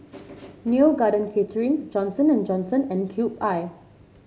Neo Garden Catering Johnson And Johnson and Cube I